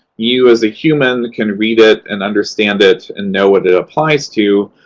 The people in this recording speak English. you as a human can read it and understand it and know what it applies to.